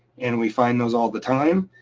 and we find those all the time.